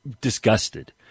disgusted